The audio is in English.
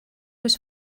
was